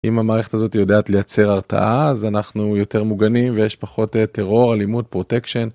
אם המערכת הזאת יודעת לייצר הרתעה, אז אנחנו יותר מוגנים, ויש פחות אה, טרור, אלימות, פרוטקשן.